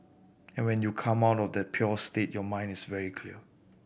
and when you come out of that pure state your mind is very clear